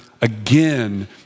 again